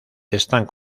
están